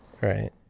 Right